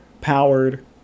powered